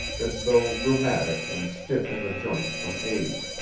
as though rheumatic and stiff in the joints from age,